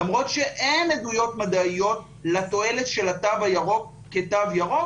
למרות שאין עדויות מדעיות לתועלת של התו הירוק כתו ירוק,